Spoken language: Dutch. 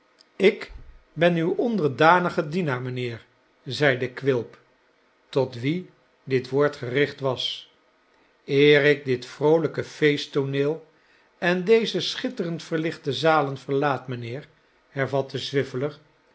ik ben uw onderdanige dienaar mijnheer zeide quilp tot wien dit woord gericht was eer ik dit vroolijke feesttooneel en deze schitterend verlichte zalen verlaat mijnheer hervatte